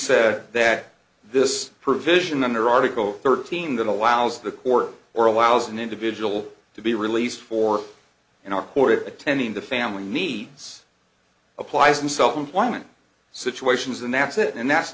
said that this provision under article thirteen that allows the court or allows an individual to be released for an hour or attending the family needs applies in self employment situations and that's it and that's